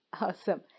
Awesome